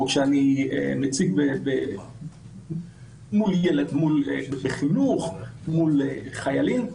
וגם כשאני מציג במוסדות חינוך ומול חיילים.